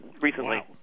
recently